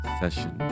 session